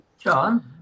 John